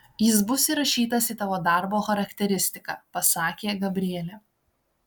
jis bus įrašytas į tavo darbo charakteristiką pasakė gabrielė